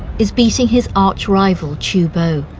is beating his arch rival qiu bo.